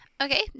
Okay